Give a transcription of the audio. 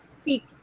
speak